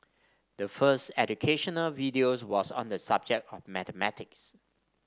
the first educational video was on the subject of mathematics